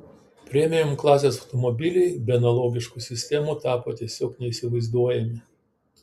premium klasės automobiliai be analogiškų sistemų tapo tiesiog neįsivaizduojami